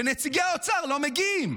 ונציגי האוצר לא מגיעים.